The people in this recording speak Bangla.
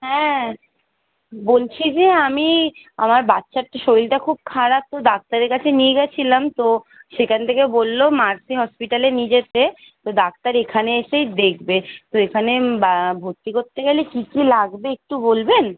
হ্যাঁ বলছি যে আমি আমার বাচ্চার তো শরীরটা খুব খারাপ তো ডাক্তারের কাছে নিয়ে গিয়েছিলাম তো সেখান থেকে বলল মার্সি হসপিটালে নিয়ে যেতে তো ডাক্তার এখানে এসেই দেখবে তো এখানে বা ভর্তি করতে গেলে কী কী লাগবে একটু বলবেন